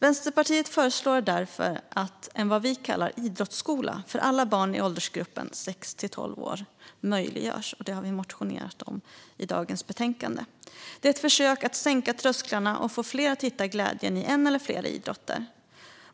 Vänsterpartiet föreslår därför att en, vad vi kallar, idrottsskola för alla barn i åldersgruppen sex till tolv år möjliggörs, och detta har vi motionerat om i dagens betänkande. Det är ett försök att sänka trösklarna och få fler att hitta glädjen i en eller flera idrotter.